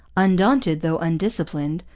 undaunted though undisciplined,